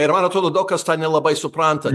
ir man atrodo daug kas tą nelabai supranta